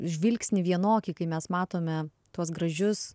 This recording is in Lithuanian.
žvilgsnį vienokį kai mes matome tuos gražius